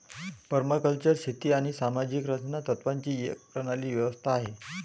permaculture शेती आणि सामाजिक रचना तत्त्वांची एक प्रणाली व्यवस्था आहे